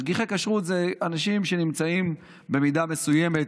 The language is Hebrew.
משגיחי כשרות הם אנשים שנמצאים במידה מסוימת